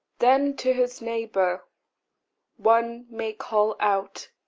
then to his neighbour one may call out,